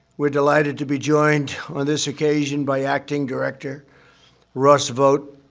we're delighted to be joined on this occasion by acting director russ vought,